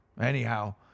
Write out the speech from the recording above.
anyhow